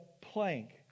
plank